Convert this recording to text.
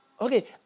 Okay